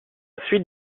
suite